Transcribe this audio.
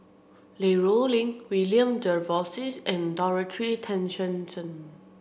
Li Rulin William Jervois and Dorothy Tessensohn